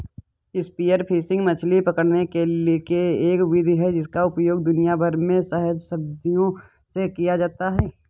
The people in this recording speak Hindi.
स्पीयर फिशिंग मछली पकड़ने की एक विधि है जिसका उपयोग दुनिया भर में सहस्राब्दियों से किया जाता रहा है